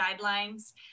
guidelines